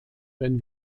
wenn